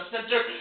center